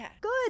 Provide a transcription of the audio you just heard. good